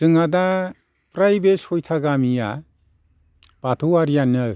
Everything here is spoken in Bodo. जोंहा दा फ्राय बे सयथा गामिया बाथौयारियानो